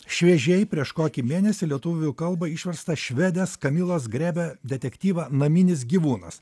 šviežiai prieš kokį mėnesį lietuvių kalba išverstą švedės kamilos grebe detektyvą naminis gyvūnas